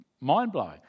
mind-blowing